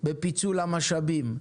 בפיצול המשאבים,